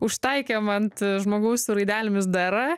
užtaikėm ant žmogaus su raidelėmis dr